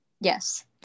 Yes